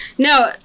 No